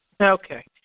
Okay